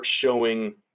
showing